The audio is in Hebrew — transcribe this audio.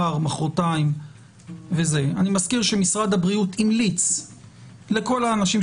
אני לא יודע באיזה אתר הסתכלתם,